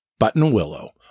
Buttonwillow